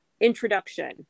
introduction